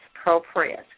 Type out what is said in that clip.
appropriate